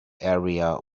area